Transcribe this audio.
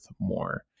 more